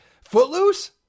Footloose